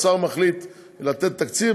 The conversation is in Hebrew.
האוצר מחליט לתת תקציב,